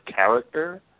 character